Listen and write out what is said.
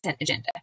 agenda